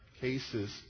cases